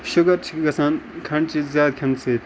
sugar چھُ گَژھان کھنڈٕ چیٖز زیادٕ کھیٚنہٕ سۭتۍ